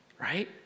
right